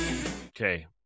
Okay